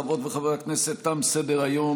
חברות וחברי הכנסת, תם סדר-היום.